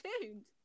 tuned